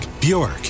Bjork